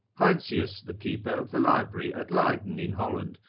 heinsius, the keeper of the library at leyden in holland,